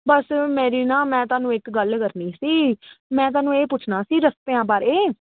ਬਸ ਮੇਰੀ ਨਾ ਮੈਂ ਤੁਹਾਨੂੰ ਇੱਕ ਗੱਲ ਕਰਨੀ ਸੀ ਮੈਂ ਤੁਹਾਨੂੰ ਇਹ ਪੁੱਛਣਾ ਸੀ ਰਸਤਿਆਂ ਬਾਰੇ